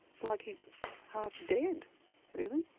it's like he's half dead really.